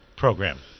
program